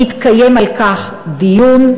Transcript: יתקיים על כך דיון,